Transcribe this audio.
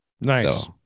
Nice